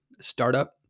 startup